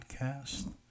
podcast